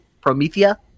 Promethea